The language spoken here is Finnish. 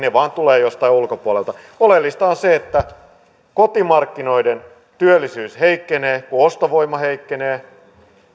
vain tulevat jostain ulkopuolelta oleellista on se että kotimarkkinoiden työllisyys heikkenee kun ostovoima heikkenee